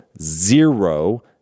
zero